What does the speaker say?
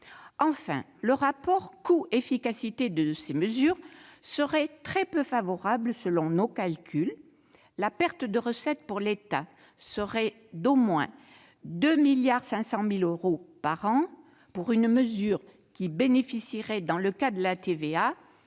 Enfin, le rapport coût-efficacité de ces mesures serait très peu favorable selon nos calculs : la perte de recettes pour l'État serait d'au moins 2,5 milliards d'euros par an pour une mesure qui bénéficierait, dans le cas de la TVA,